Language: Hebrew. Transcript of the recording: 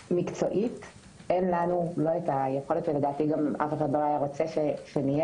מקצועית אין לנו ולא הייתה יכולת וגם אף אחד לא היה רוצה שנהיה